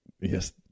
Yes